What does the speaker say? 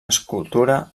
escultura